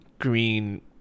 green